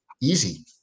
Easy